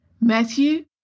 Matthew